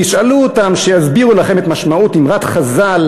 תשאלו אותם, שיסבירו לכם את משמעות אמרת חז"ל: